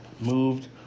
moved